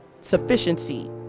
sufficiency